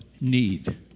need